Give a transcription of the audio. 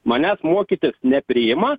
manęs mokytis nepriima